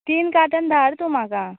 तीन कार्टन धाड तूं म्हाका